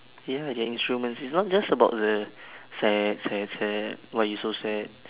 ya lah their instruments it's not just about the sad sad sad why you so sad